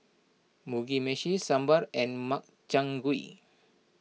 Mugi Meshi Sambar and Makchang Gui